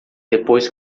depois